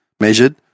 measured